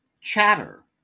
Chatter